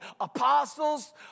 apostles